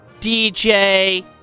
DJ